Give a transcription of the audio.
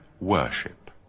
worship